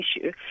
issue